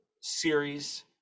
series